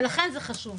לכן זה חשוב.